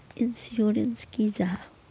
Insurance की जाहा?